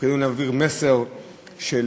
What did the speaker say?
תפקידנו להעביר מסר של